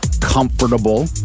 comfortable